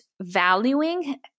valuing